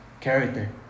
character